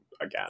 again